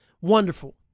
wonderful